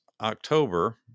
October